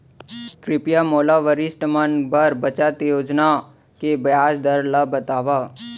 कृपया मोला वरिष्ठ मन बर बचत योजना के ब्याज दर ला बतावव